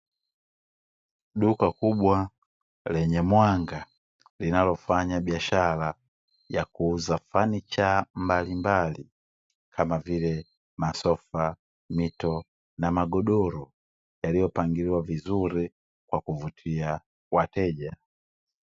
Duka kubwa lenye mwanga, linalofanya biashara ya kuuza fanicha mbalimbali, kama vile: masofa, mito, na magodoro, yaliyopangiliwa vizuri kwa kuvutia wateja.